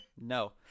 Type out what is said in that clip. no